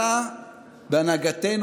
בהנהגתנו,